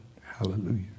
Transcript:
Hallelujah